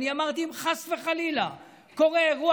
אני אמרתי: אם חס וחלילה קורה אירוע